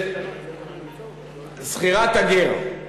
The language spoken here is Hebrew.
שזכירת הגר,